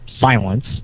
silence